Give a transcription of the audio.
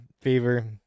fever